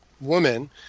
woman